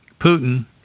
Putin